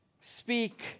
speak